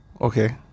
okay